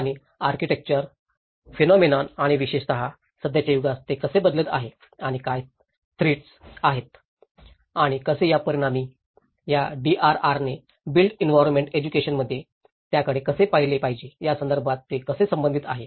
आणि architectural phenomenon आणि विशेषत सध्याच्या युगात ते कसे बदलत आहे आणि काय थ्रिट्स आहेत आणि कसे या परिणामी या DRR ने बिल्ट एंवीरोन्मेण्ट एज्युकेशना मध्ये त्याकडे कसे पाहिले पाहिजे या संदर्भात ते कसे संबंधित आहे